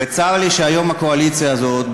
וצר לי שהיום הקואליציה הזאת,